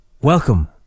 Welcome